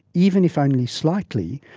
even if only slightly,